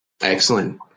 excellent